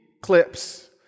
clips